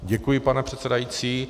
Děkuji, pane předsedající.